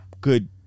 good